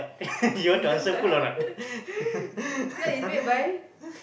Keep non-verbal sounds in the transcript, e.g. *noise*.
by what *laughs* flag is made by